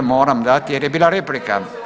Je moram dati jer je bila replika.